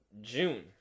June